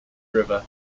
river